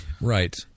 Right